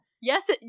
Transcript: yes